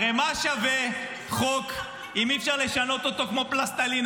הרי מה שווה חוק אם אי-אפשר לשנות אותו כמו פלסטלינה,